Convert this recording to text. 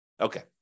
Okay